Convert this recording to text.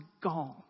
gone